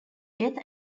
death